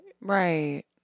Right